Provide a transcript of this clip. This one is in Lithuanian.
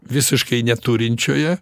visiškai neturinčioje